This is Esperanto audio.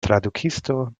tradukisto